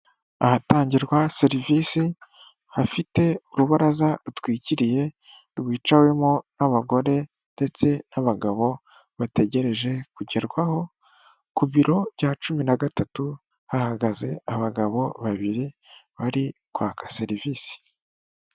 Ahatangirwa serivisi hafite urubaraza rutwikiriye rwicawemo n'abagore ndetse n'abagabo bategereje kugerwaho. Ku biro bya cumi na gatatu hahagaze abagabo babiri bari kwaka serivisi.